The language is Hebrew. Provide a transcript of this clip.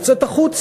היא יוצאת החוצה,